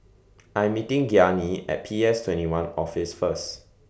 I'm meeting Gianni At P S twenty one Office First